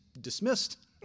dismissed